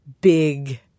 big